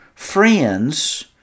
friends